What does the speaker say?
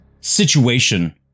situation